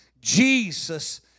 Jesus